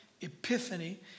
epiphany